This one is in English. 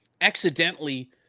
accidentally